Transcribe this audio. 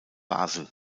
basel